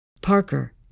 Parker